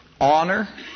honor